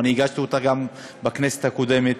אני הגשתי אותה גם בכנסת הקודמת,